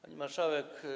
Pani Marszałek!